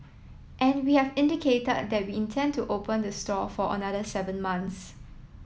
and we have indicated that we intend to open the store for another seven months